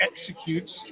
executes